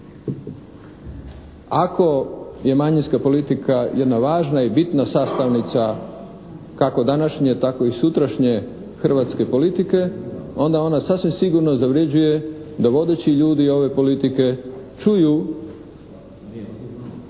Ako je manjinska politika jedna važna i bitna sastavnica kako današnje tako i sutrašnje hrvatske politike onda sasvim sigurno zavrjeđuje da vodeći ljudi ove politike čuju